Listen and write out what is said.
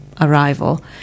arrival